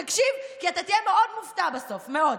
תקשיב, כי אתה תהיה מאוד מופתע בסוף, מאוד.